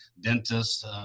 dentists